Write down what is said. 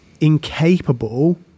incapable